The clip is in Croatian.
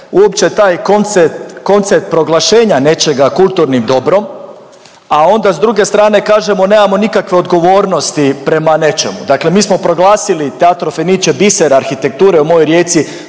uopće taj koncept proglašenja nečega kulturnim dobrom, a onda s druge strane kažemo nemamo nikakve odgovornosti prema nečemu, dakle mi smo proglasili …/Govornik se ne razumije./…biser arhitekture u mojoj Rijeci